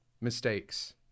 mistakes